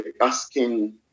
asking